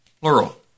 plural